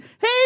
Hey